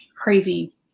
crazy